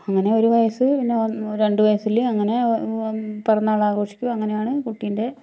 അങ്ങനേ ഒരു വയസ്സ് പിന്നെ ന്ന് രണ്ട് വയസ്സില് അങ്ങനെ പിറന്നാളാഘോഷിക്കും അങ്ങനെയാണ് കുട്ടീൻ്റെ